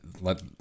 let